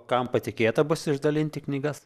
kam patikėta bus išdalinti knygas